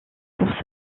pour